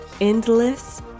endless